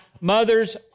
mother's